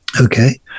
Okay